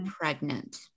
pregnant